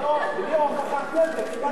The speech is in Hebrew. בלי הוכחת נזק.